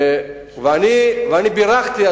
ואני בירכתי,